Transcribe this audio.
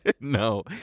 No